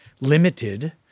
limited